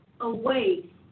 away